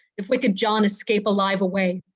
if wicked john escape alive away.